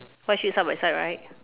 white sheep side by side right